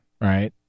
right